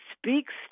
speaks